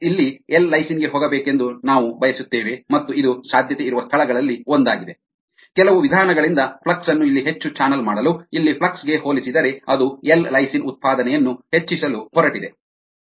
flux ಇಲ್ಲಿ L lysine ಗೆ ಹೋಗಬೇಕೆಂದು ನಾವು ಬಯಸುತ್ತೇವೆ ಮತ್ತು ಇದು ಸಾಧ್ಯತೆ ಇರುವ ಸ್ಥಳಗಳಲ್ಲಿ ಒಂದಾಗಿದೆ ಕೆಲವು ವಿಧಾನಗಳಿಂದ ಫ್ಲಕ್ಸ್ ಅನ್ನು ಇಲ್ಲಿ ಹೆಚ್ಚು ಚಾನಲ್ ಮಾಡಲು ಇಲ್ಲಿ ಫ್ಲಕ್ಸ್ ಗೆ ಹೋಲಿಸಿದರೆ ಅದು ಎಲ್ ಲೈಸಿನ್ ಉತ್ಪಾದನೆಯನ್ನು ಹೆಚ್ಚಿಸಲು ಹೊರಟಿದೆ ಸರಿ